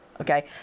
Okay